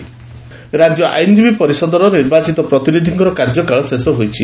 ଆଇନଜୀବୀ ପରିଷଦ ରାକ୍ୟ ଆଇନଜୀବୀ ପରିଷଦର ନିର୍ବାଚିତ ପ୍ରତିନିଧିଙ୍କ କାର୍ଯ୍ୟକାଳ ଶେଷ ହୋଇଛି